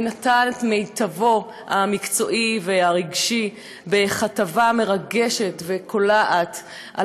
ונתן את מיטבו המקצועי והרגשי בכתבה מרגשת וקולעת על